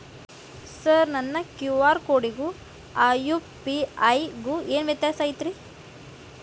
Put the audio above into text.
Sir ನನ್ನ QR ಕೊಡಿಗೂ ಆ ಯು.ಪಿ.ಐ ಗೂ ಏನ್ ವ್ಯತ್ಯಾಸ ಐತ್ರಿ?